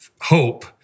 hope